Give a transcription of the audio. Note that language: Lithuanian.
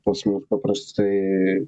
pas mus paprastai